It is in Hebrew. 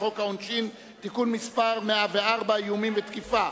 חוק העונשין (תיקון מס' 104) (איומים ותקיפה),